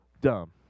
dumb